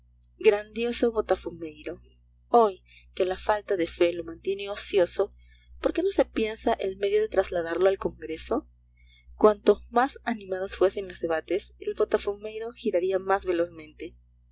grandioso botafumeiro hoy que la falta de fe lo mantiene ocioso por qué no se piensa el medio de trasladarlo al congreso cuanto más animados fuesen los debates el botafumeiro giraría más velozmente